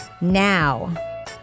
now